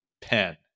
pen